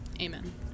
amen